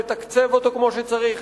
לתקצב אותו כמו שצריך,